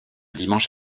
dimanche